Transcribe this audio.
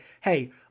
hey